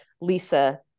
Lisa